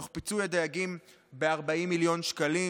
תוך פיצוי הדייגים ב-40 מיליון שקלים,